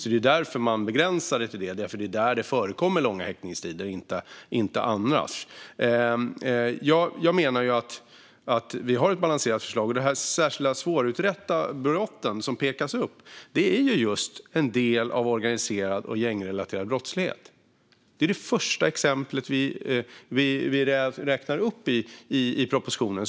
Det är därför som man begränsar det till detta. Det är där det förekommer långa häktningstider och inte annars. Jag menar att vi har ett balanserat förslag. De särskilt svårutredda brott som pekas ut är just en del av organiserad och gängrelaterad brottslighet. Det är det första exemplet som vi räknar upp i propositionen.